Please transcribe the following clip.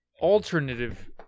alternative